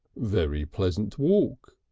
very pleasant walk,